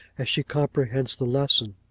as she comprehends the lesson.